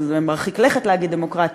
זה מרחיק לכת להגיד דמוקרטי,